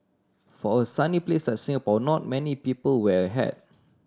for a sunny place like Singapore not many people wear a hat